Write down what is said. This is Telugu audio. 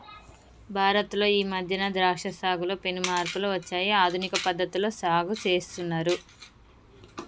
భారత్ లో ఈ మధ్యన ద్రాక్ష సాగులో పెను మార్పులు వచ్చాయి ఆధునిక పద్ధతిలో సాగు చేస్తున్నారు